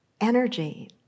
energy